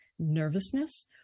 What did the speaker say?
nervousness